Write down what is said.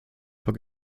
vor